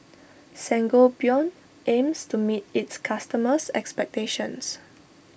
Sangobion aims to meet its customers' expectations